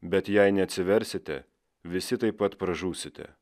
bet jei neatsiversite visi taip pat pražūsite